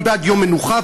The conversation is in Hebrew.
אני בעד יום מנוחה,